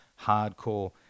hardcore